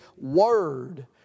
Word